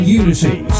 unity